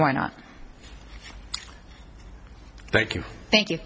why not thank you thank you